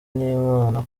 n’imana